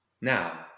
Now